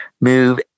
move